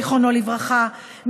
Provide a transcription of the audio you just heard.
זיכרונו לברכה,